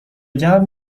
گرم